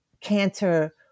cancer